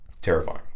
terrifying